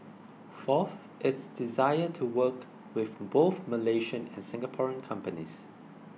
fourth its desire to work with both Malaysian and Singaporean companies